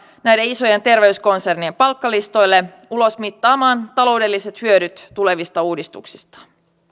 näiden isojen terveyskonsernien palkkalistoille ulosmittaamaan taloudelliset hyödyt tulevista uudistuksista